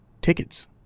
Tickets